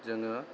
जोङो